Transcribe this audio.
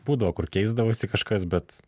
būdavo kur keisdavosi kažkas bet